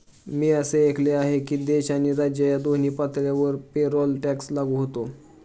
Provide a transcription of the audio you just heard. मी असे ऐकले आहे की देश आणि राज्य या दोन्ही पातळ्यांवर पेरोल टॅक्स लागू होतो